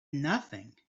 nothing